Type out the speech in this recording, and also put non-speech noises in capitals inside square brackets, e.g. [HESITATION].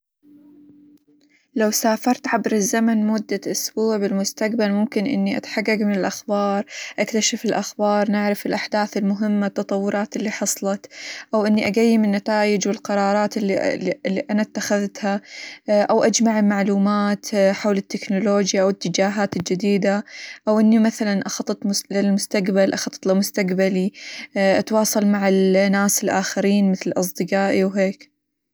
لو سافرت عبر الزمن مدة أسبوع بالمستقبل ممكن إني أتحقق من الأخبار، أكتشف الأخبار، نعرف الأحداث المهمة، التطورات اللي حصلت، أو إني أقيم النتايج والقرارات -اللي- اللي أنا إتخذتها، [HESITATION] أو أجمع معلومات حول التكنولوجيا ،وإتجاهاتي الجديدة، أو إني مثلًا أخطط -للس- للمستقبل، أخطط لمستقبلي، [HESITATION] أتواصل مع الناس الآخرين مثل: أصدقائي، وهيك.